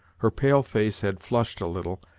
her pale-face had flushed a little,